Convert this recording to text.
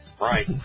Right